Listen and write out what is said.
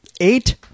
eight